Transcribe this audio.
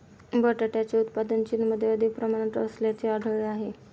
बटाट्याचे उत्पादन चीनमध्ये अधिक प्रमाणात असल्याचे आढळले आहे